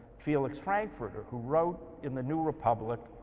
felix frankfurter, who wrote in the new republic